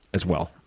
as well.